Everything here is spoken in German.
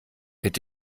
mit